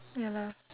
ya lah